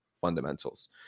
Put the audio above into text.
fundamentals